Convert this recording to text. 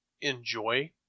enjoy